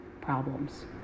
problems